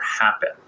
happen